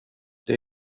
det